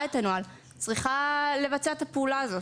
את הנוהל צריכה לבצע את הפעולה הזאת.